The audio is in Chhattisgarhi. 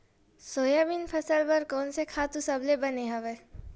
सोयाबीन फसल बर कोन से खातु सबले बने हवय?